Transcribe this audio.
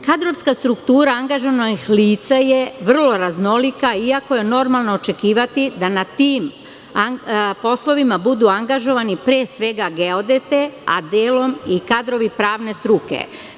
Kadrovska struktura angažovanih lica je vrlo raznolika, iako je normalno očekivati da na tim poslovima budu angažovani, pre svega geodete, a delom i kadrovipravne struke.